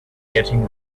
getting